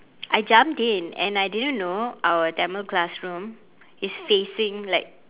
I jumped in and I didn't know our tamil classroom is facing like